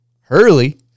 Hurley